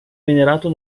venerato